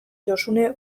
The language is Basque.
josune